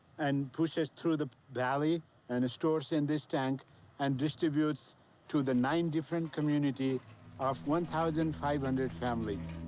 and pushes through the valley and stores in this tank and distributes to the nine different community of one thousand five hundred families.